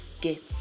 get